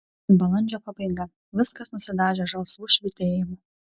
balandžio pabaiga viskas nusidažę žalsvu švytėjimu